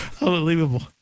Unbelievable